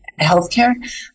healthcare